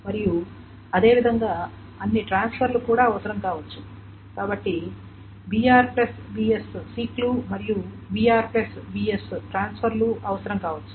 మరియు అదేవిధంగా అన్ని ట్రాన్స్ఫర్లు కూడా అవసరం కావచ్చు కాబట్టి br bs సీక్ లు మరియు br bs ట్రాన్స్ఫర్లు అవసరం కావచ్చు